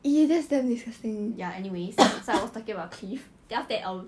ya anyways so I was talking about cliff then after that um